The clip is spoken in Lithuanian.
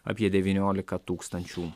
apie devyniolika tūkstančių